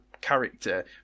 character